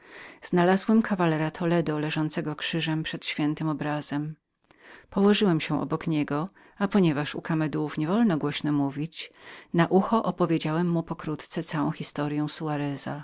znalazłem kawalera toledo leżącego krzyżem przed świętym obrazem położyłem się obok niego ui ponieważ u kamedułów niewolno głośno mówić zbliżyłem się więc do jego ucha i opowiedziałem mu całą historyę